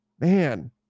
Man